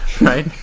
right